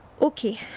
Okay